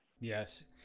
Yes